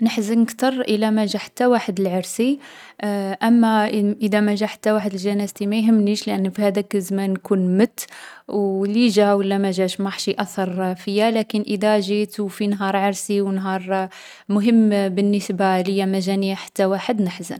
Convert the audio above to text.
نحزن كتر إلا ما جا حتى واحد لعرسي أما ان اذا ما جا حتى واحد لجنازتي ما يهمنيش لأني في هاذاك الزمان نكون مت و لي جا و لا ما جاش ماحش يأثّر فيا لكن اذا جيت و في نهار عرسي و نهار مهم بالنسبة ليا ماجاني حتى واحد نحزن.